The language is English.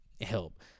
help